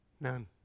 None